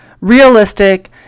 realistic